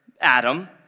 Adam